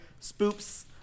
spoops